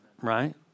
Right